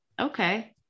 okay